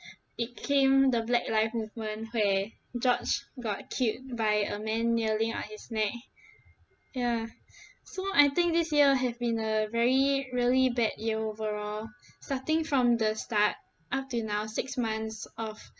it came the black lives movement where george got killed by a man kneeling on his neck ya so I think this year have been a very really bad year overall starting from the start up to now six months of